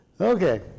Okay